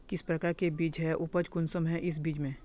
किस प्रकार के बीज है उपज कुंसम है इस बीज में?